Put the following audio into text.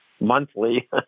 monthly